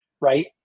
Right